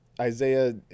Isaiah